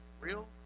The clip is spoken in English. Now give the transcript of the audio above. real